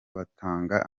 bagatanga